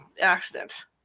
accident